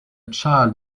child